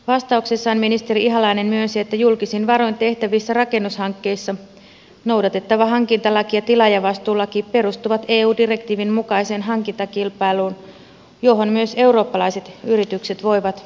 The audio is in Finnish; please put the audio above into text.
vastauksessaan ministeri ihalainen myönsi että julkisin varoin tehtävissä rakennushankkeissa noudatettava hankintalaki ja tilaajavastuulaki perustuvat eu direktiivin mukaiseen hankintakilpailuun johon myös eurooppalaiset yritykset voivat osallistua